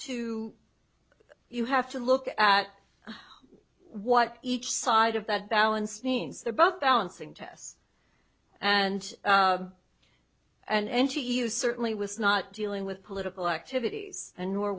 to you have to look at what each side of that balanced means they're both balancing tests and and she is certainly was not dealing with political activities and nor